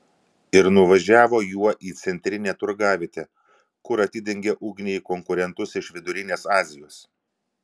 ir nuvažiavo juo į centrinę turgavietę kur atidengė ugnį į konkurentus iš vidurinės azijos